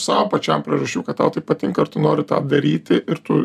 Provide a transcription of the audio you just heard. sau pačiam priežasčių kad tau tai patinka ir tu nori tą daryti ir tu